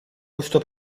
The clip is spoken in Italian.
questo